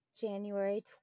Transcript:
January